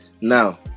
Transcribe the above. now